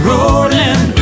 Rolling